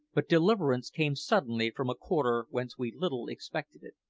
but deliverance came suddenly from a quarter whence we little expected it.